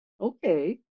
Okay